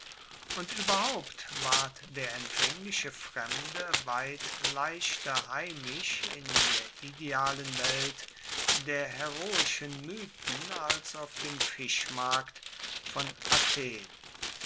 und ueberhaupt ward der empfaengliche fremde weit leichter heimisch in der idealen welt der heroischen mythen als auf dem fischmarkt von athen